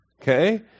okay